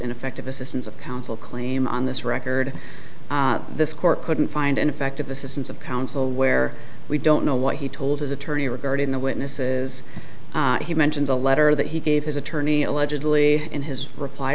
ineffective assistance of counsel claim on this record this court couldn't find an effective assistance of counsel where we don't know what he told his attorney regarding the witnesses he mentions a letter that he gave his attorney allegedly in his reply